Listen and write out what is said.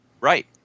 Right